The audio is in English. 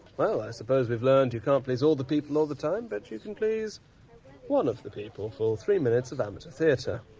well, i suppose we've learnt you can't please all the people all the time, but you can please one of the people for three minutes of amateur theatre.